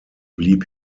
blieb